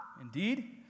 indeed